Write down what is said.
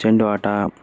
ಚೆಂಡು ಆಟ